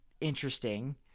interesting